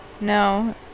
no